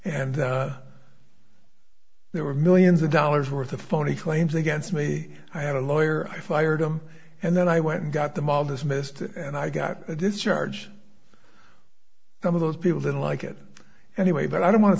and there were millions of dollars worth of phony claims against me i had a lawyer i fired him and then i went and got them all dismissed and i got this charge some of those people didn't like it anyway but i don't want to